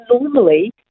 normally